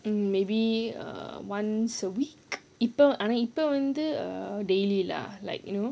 hmm maybe err once a week இப்போ ஆனா இப்போ வந்து:ippo aanaa ippo vandhu err daily lah like you know